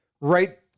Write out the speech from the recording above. right